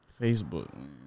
Facebook